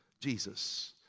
Jesus